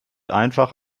einfach